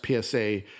PSA